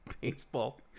baseball